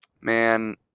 man